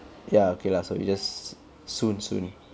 ya okay lah so we just soon soon